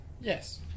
Yes